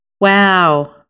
Wow